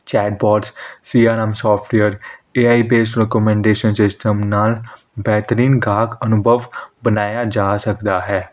ਚੈਟਪੋਡਸ CRM software A I base recommendation system ਨਾਲ ਬੇਹਤਰੀਨ ਗਾਹਕ ਅਨੁਭਵ ਬਣਾਇਆ ਜਾ ਸਕਦਾ ਹੈ